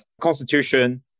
constitution